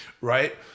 right